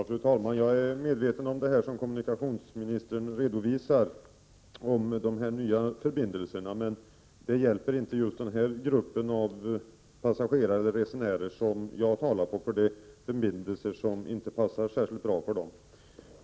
Fru talman! Jag är medveten om det som kommunikationsministern redovisade beträffande de nya förbindelserna, men de åtgärderna hjälper inte just den grupp av passagerare som jag har talat om. Det är förbindelser som inte passar särskilt bra för dessa resenärer.